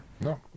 No